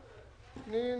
הוועדה,